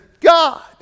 god